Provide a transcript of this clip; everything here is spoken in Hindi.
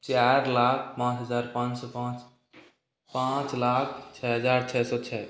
चार लाख पाँच हज़ार पाँच सौ पाँच पाँच लाख छः हज़ार छः सौ छः